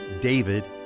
David